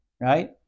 right